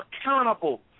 accountable